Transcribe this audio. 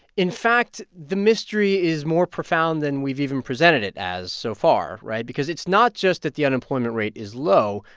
in fact, the mystery is more profound than we've even presented it as so far right? because it's not just that the unemployment rate is low.